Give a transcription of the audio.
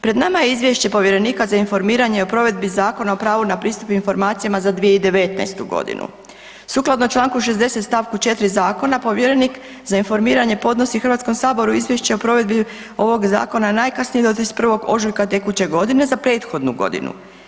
Pred nama je Izvješće povjerenika za informiranje o provedbi Zakona o pravu na pristup informacijama za 2019. g. Sukladno čl. 60. st. 4 Zakona povjerenik za informiranje podnosi HS-u Izvješće o provedbi ovog Zakona najkasnije do 31. ožujka tekuće godine za prethodnu godinu.